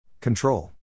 Control